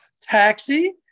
taxi